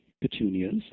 petunias